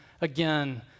again